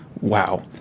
Wow